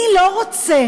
אני לא רוצה